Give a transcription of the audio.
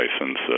license